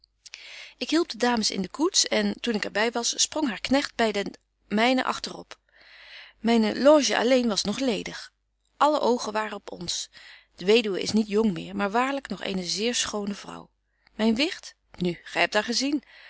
ik hielp de dames in de koets en toen ik er by was sprong haar knegt by den mynen agteröp myne loge alleen was nog ledig alle oogen waren op ons de weduwe is niet jong meer maar waarlyk nog eene zeer schone vrouw myn wicht nu betje wolff en aagje deken historie van mejuffrouw sara burgerhart gy hebt haar gezien